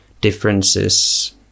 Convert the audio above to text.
differences